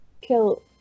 kill